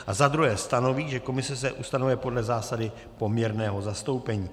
A za druhé stanoví, že komise se ustanovuje podle zásady poměrného zastoupení.